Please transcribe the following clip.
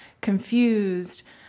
confused